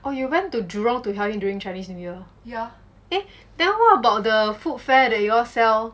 oh you went to jurong to help him during chinese new year eh then what about the food fair that you all sell